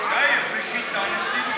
יאיר, זו שיטה נשיאותית.